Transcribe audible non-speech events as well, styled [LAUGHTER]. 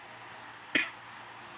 [COUGHS]